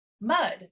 mud